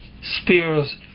spears